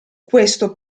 questo